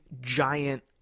giant